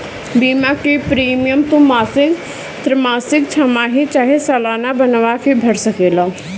बीमा के प्रीमियम तू मासिक, त्रैमासिक, छमाही चाहे सलाना बनवा के भर सकेला